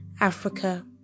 Africa